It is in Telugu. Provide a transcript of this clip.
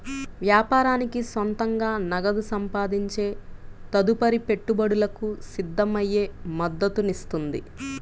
వ్యాపారానికి సొంతంగా నగదు సంపాదించే తదుపరి పెట్టుబడులకు సిద్ధమయ్యే మద్దతునిస్తుంది